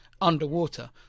underwater